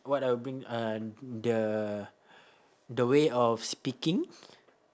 what I'll bring uh the the way of speaking